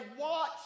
watch